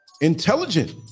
intelligent